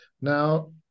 Now